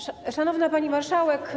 Szanowna Pani Marszałek!